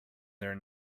there